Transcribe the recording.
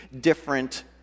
different